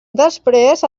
després